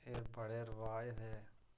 एह् बड़े रवाज़ थे